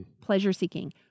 pleasure-seeking